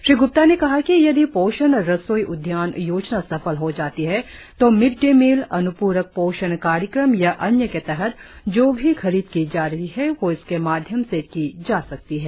श्री ग्प्ता ने कहा कि यदि पोषण रसोई उद्यान योजना सफल हो जाती है तो मिड डे मिल अन्पूरक पोषण कार्यक्रम या अन्य के तहत जो भी खरीद की जा रही है वह इसके माध्यम से की जा सकती है